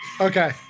Okay